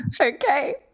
Okay